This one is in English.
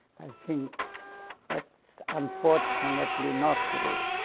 think that's unfortunately not true.